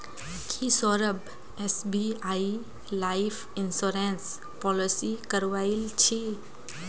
की Saurabh SBI life insurance policy करवइल छि